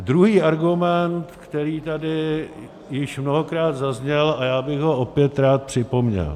Druhý argument, který tady již mnohokrát zazněl, a já bych ho opět rád připomněl.